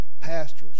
pastors